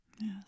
Yes